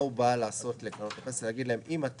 מה הוא בא לעשות לקרנות הפנסיה?